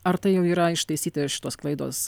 ar tai jau yra ištaisyta ir šitos klaidos